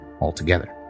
altogether